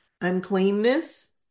uncleanness